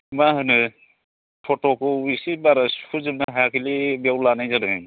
मा होनो तत'खौ ऐसे बारा सुखुजोबनो हायाखैलै बेयाव लानाय जादों